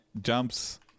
jumps